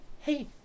hey